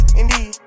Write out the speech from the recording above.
indeed